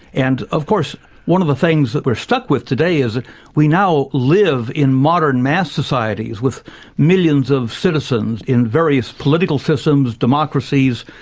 and of course one of the things that we're stuck with today is we now live in modern mass societies, with millions of citizens in various political systems democracies,